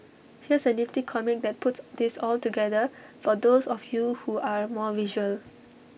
here's A nifty comic that puts this all together for those of you who are more visual